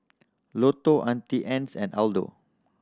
Lotto Auntie Anne's and Aldo